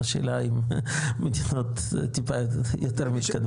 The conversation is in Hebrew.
השאלה האם מדינות טיפה יותר מתקדמות.